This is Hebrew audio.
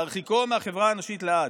להרחיק מהחברה האנושית לעד,